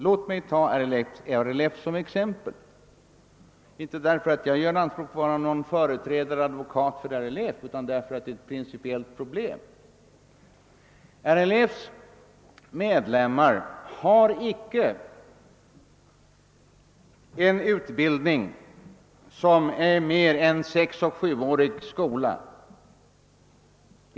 Låt mig ta RLF som exempel — inte därför att jag gör anspråk på att vara någon företrädare eller advokat för RLF utan med den rent principiella frågeställningen som =: utgångspunkt. RLF:s medlemmar har i allmänhet icke en utbildning som överstiger sex—Ssjuårig folkskola.